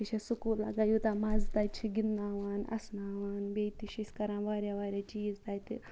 بیٚیہِ چھُ اَسہِ سکوٗل لَگان تیوٗتاہ مَزٕ تَتہِ چھُ گِنٛدناوان اَسناوان بیٚیہِ تہِ چھِ أسۍ کَران واریاہ واریاہ چیٖز تَتہِ